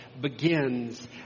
begins